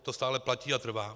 To stále platí a trvá.